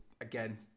again